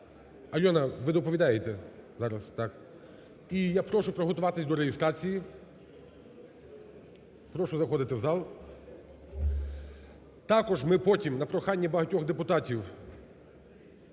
Альона, ви доповідаєте зараз, так. І я прошу приготуватися до реєстрації. Прошу заходити в зал. Також ми потім на прохання багатьох депутатів